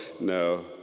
no